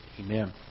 Amen